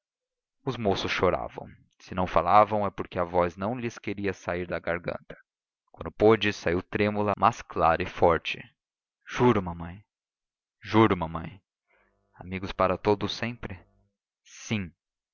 os moços choravam se não falavam é porque a voz não lhes queria sair da garganta quando pôde saiu trêmula mas clara e forte juro mamãe juro mamãe amigos para todo sempre sim